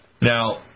Now